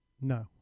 No